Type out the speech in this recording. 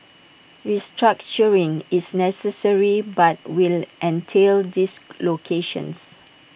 restructuring is necessary but will entail dislocations